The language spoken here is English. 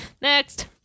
Next